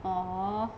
!aww!